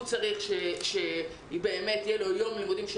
הוא צריך שיהיה לו יום לימודים.